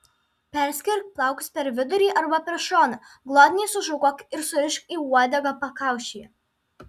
perskirk plaukus per vidurį arba per šoną glotniai sušukuok ir surišk į uodegą pakaušyje